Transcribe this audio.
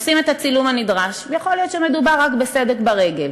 עושים את הצילום הנדרש ויכול להיות שמדובר רק בסדק ברגל.